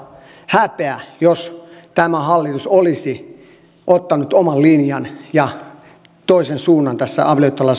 häpeä jos tämä hallitus olisi ottanut oman linjan ja toisen suunnan tässä